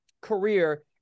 career